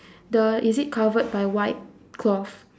the is it covered by white cloth